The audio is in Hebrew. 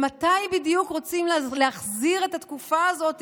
למתי בדיוק רוצים להחזיר את התקופה הזאת